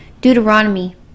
Deuteronomy